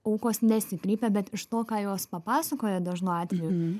aukos nesikreipia bet iš to ką jos papasakoja dažnu atveju